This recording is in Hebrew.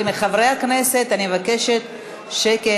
ומחברי הכנסת אני מבקשת שקט.